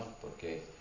porque